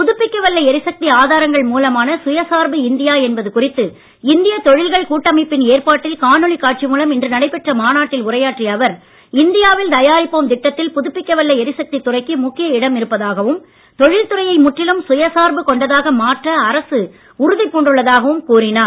புதுப்பிக்க வல்ல எரிசக்தி ஆதாரங்கள் மூலமான சுயசார்பு இந்தியா என்பது குறித்து இந்திய தொழில்கள் கூட்டமைப்பின் ஏற்பாட்டில் காணொளி காட்சி மூலம் இன்று நடைபெற்ற மாநாட்டில் உரையாற்றிய அவர் இந்தியாவில் தயாரிப்போம் திட்டத்தில் புதுப்பிக்கவல்ல எரிசக்தி துறைக்கு முக்கிய இடம் இருப்பதாகவும் தொழில்துறையை முற்றிலும் சுயசார்பு கொண்டதாக மாற்ற அரசு உறுதி பூண்டுள்ளதாகவும் கூறினார்